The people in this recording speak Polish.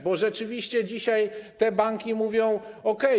Bo rzeczywiście dzisiaj te banki mówią: Okej.